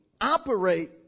operate